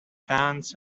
cannes